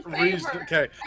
Okay